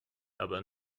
aber